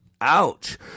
Ouch